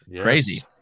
Crazy